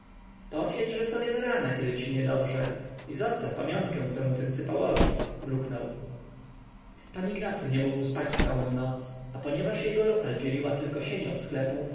klucz posiedźże sobie do rana kiedy ci niedobrze i zostaw pamiątkę swemu pryncypałowi mruknął pan ignacy nie mógł spać całą noc a ponieważ jego lokal dzieliła tylko sień od sklepu